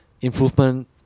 improvement